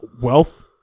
wealth